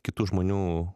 kitų žmonių